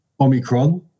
Omicron